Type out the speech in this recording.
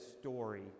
story